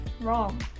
wrong